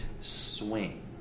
swing